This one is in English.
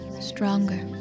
stronger